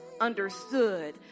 understood